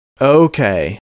Okay